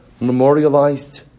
memorialized